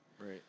Right